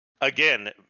Again